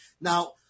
Now